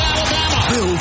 Alabama